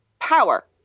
power